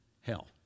hell